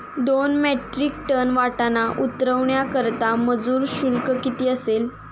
दोन metric ton वाटाणा उतरवण्याकरता मजूर शुल्क किती असेल?